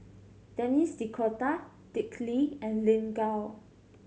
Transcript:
Denis D'Cotta Dick Lee and Lin Gao